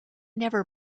never